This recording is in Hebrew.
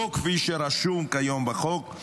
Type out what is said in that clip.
לא כפי שרשום כיום בחוק,